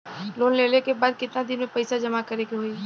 Loan लेले के बाद कितना दिन में पैसा जमा करे के होई?